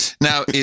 Now